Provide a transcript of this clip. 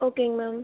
ஓகேங்க மேம்